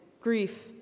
grief